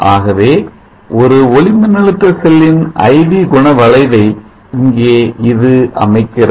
ஆகவே ஒரு ஒளிமின்னழுத்த செல்லின் I V குண வளைவை இங்கே இது அமைக்கிறது